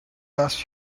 last